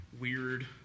weird